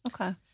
Okay